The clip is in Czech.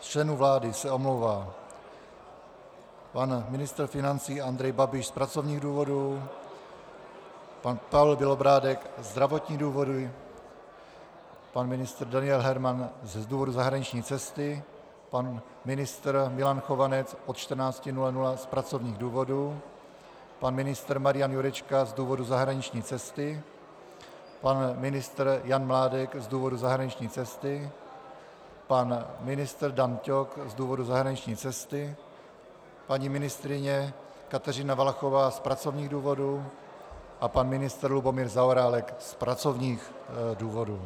Z členů vlády se omlouvá pan ministr financí Andrej Babiš z pracovních důvodů, Pavel Bělobrádek zdravotní důvody, pan ministr Daniel Herman z důvodu zahraniční cesty, pan ministr Milan Chovanec od 14 hodin z pracovních důvodů, pan ministr Marian Jurečka z důvodu zahraniční cesty, pan ministr Jan Mládek z důvodu zahraniční cesty, pan ministr Dan Ťok z důvodu zahraniční cesty, paní ministryně Kateřina Valachová z pracovních důvodů a pan ministr Lubomír Zaorálek z pracovních důvodů.